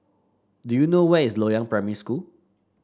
do you know where is Loyang Primary School